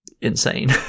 Insane